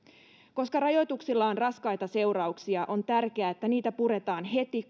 koska rajoituksilla on raskaita seurauksia on tärkeää että niitä puretaan heti